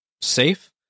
safe